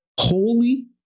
holy